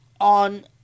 on